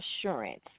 assurance